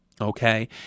okay